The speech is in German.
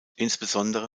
insbesondere